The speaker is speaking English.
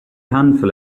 handful